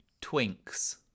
twinks